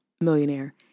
millionaire